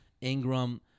Ingram